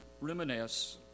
reminisce